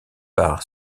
par